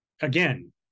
again